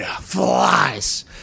flies